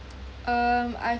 um I've